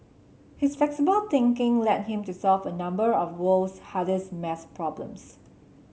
his flexible thinking led him to solve a number of world's hardest maths problems